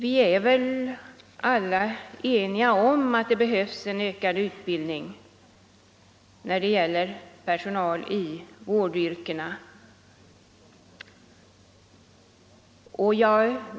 Vi är väl också alla ense om att det behövs en ökad utbildning av personal i vårdyrkena.